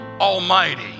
Almighty